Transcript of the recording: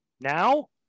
now